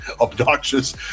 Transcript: obnoxious